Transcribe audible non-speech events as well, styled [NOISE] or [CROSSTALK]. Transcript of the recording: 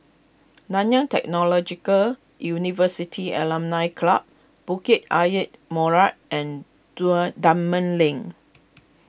Nanyang Technological University Alumni Club Bukit Ayer Molek and [UNINTELLIGIBLE] Dunman Lane